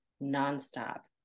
non-stop